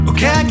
Okay